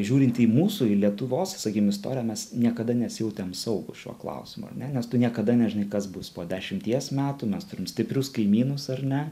žiūrint į mūsų į lietuvos sakim istoriją mes niekada nesijautėm saugūs šiuo klausimu ne nes tu niekada nežinai kas bus po dešimties metų mes turim stiprius kaimynus ar ne